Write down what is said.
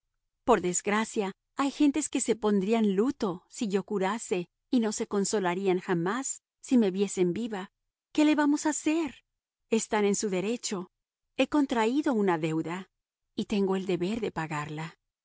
por desgracia hay gentes que se pondrían luto si yo curase y que no se consolarían jamás si me viesen viva qué le vamos a hacer están en su derecho he contraído una deuda y tengo el deber de pagarla